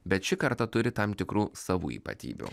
bet ši karta turi tam tikrų savų ypatybių